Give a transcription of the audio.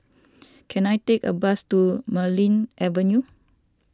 can I take a bus to Marlene Avenue